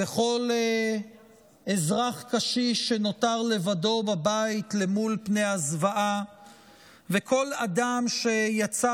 כל אזרח קשיש שנותר לבדו בבית למול פני הזוועה וכל אדם שיצא